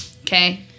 Okay